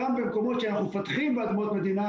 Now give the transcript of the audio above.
גם במקומות שאנחנו מפתחים באדמות מדינה